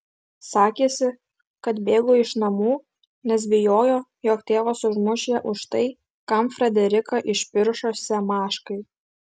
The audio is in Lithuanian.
sakėsi kad bėgo iš namų nes bijojo jog tėvas užmuš ją už tai kam frederiką išpiršo semaškai